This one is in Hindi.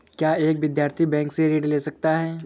क्या एक विद्यार्थी बैंक से ऋण ले सकता है?